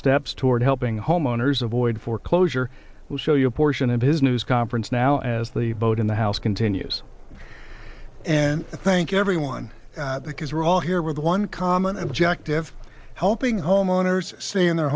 steps toward helping homeowners avoid foreclosure who show you a portion of his news conference now as the vote in the house continues and thank everyone because we're all here with one common objective helping homeowners stay in their